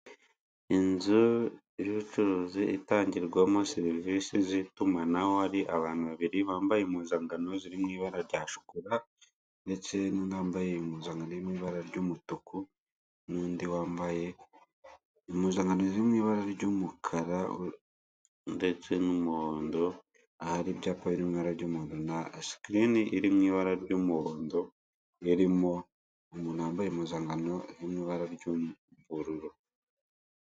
Inzu y'ubucuruzi itangirwamo serivisi z'itumanaho hari abantu babiri bambaye impuzangano ziri mu ibara rya shokora ndetse n'undi wambaye impuzangano iri mu ibara ry'umutuku n'undi wambaye impuzangano ziri mu ibara ry'umukara ndetse n'umuhondo ahari ibyapa biri mu ibara ry'umuhondo na sikirini iri mu ibara ry'umuhondo ririmo umuntu wambaye impuzangano iri mu ibara ry'ubururu.